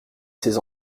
ses